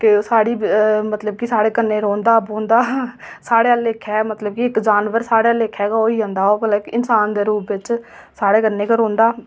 साढ़ी मतलब कि साढ़े कन्नै रौंहदा बौंह्दा साढ़े आह्ले लेखै मतलब कि इक्क जानवर इक्क ओह् होई जंदा मतलब इक्क इन्सान दे रूप च साढ़े कन्नै गै रौंह्दा